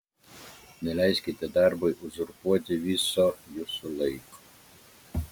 neleiskite darbui uzurpuoti viso jūsų laiko